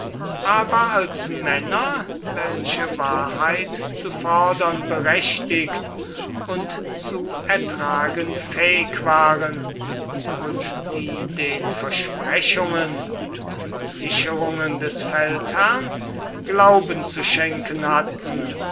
aber als männer welche wahrheit zu fordern berechtigt und zu ertragen fähig waren und die den versprechungen und versicherungen des feldherrn glauben zu schenken hatten